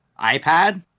iPad